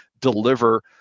deliver